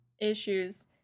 issues